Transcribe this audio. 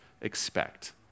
expect